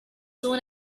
soon